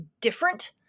different